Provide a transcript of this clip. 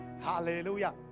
Hallelujah